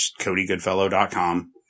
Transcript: codygoodfellow.com